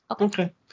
okay